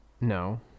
No